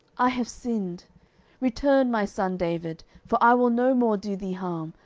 i have sinned return, my son david for i will no more do thee harm,